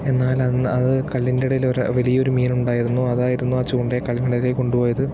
എന്നാൽ അന്ന് അത് കല്ലിൻ്റെ ഇടയിൽ ഒരു വലിയ ഒരു മീൻ ഉണ്ടായിരുന്നു അതായിരുന്നു ആ ചൂണ്ടയെ കല്ലിൻ്റെ ഇടയിലേക്ക് കൊണ്ടുപോയത്